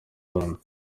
rwanda